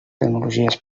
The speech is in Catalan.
tecnologies